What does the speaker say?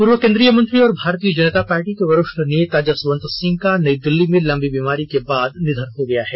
पूर्व केन्द्रीय मंत्री और भारतीय जनता पार्टी के वरिष्ठ नेता जसवंत सिंह का नई दिल्ली में लंबी बीमारी के बाद निधन हो गया है